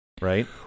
right